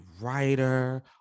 writer